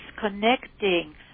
connecting